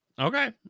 Okay